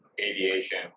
aviation